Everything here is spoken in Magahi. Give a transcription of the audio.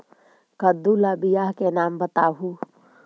कददु ला बियाह के नाम बताहु?